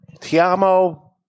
Tiamo